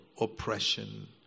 oppression